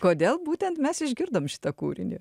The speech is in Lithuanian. kodėl būtent mes išgirdom šitą kūrinį